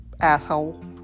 asshole